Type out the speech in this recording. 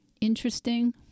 interesting